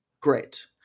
Great